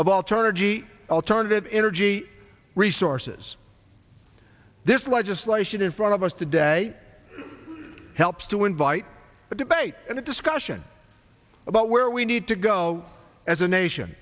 of alterna g e alternative energy resources this legislation in front of us today helps to invite the debate and a discussion about where we need to go as a nation